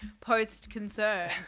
post-concern